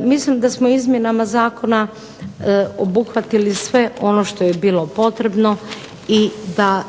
Mislim da smo izmjenama zakona obuhvatili sve ono što je bilo potrebno i da